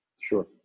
Sure